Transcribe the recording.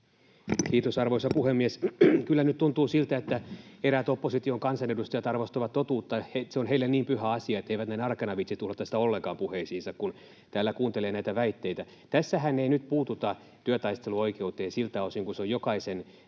Kiitos, arvoisa puhemies! Kyllä nyt tuntuu siltä, että eräät opposition kansanedustajat arvostavat totuutta, että se on heille niin pyhä asia, että eivät näin arkena viitsi tulla tästä ollenkaan puheisiinsa, kun täällä kuuntelee näitä väitteitä. Tässähän ei nyt puututa työtaisteluoikeuteen siltä osin kuin se on jokaisen